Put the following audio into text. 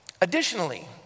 Additionally